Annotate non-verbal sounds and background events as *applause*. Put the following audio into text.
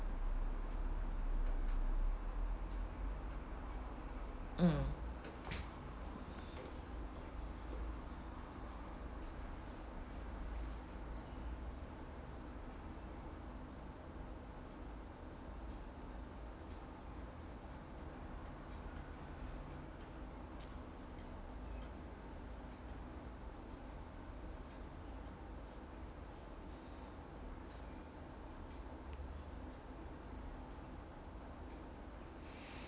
mm *breath*